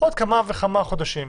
בעוד כמה וכמה חודשים.